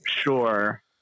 sure